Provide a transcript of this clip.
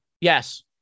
yes